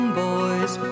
boys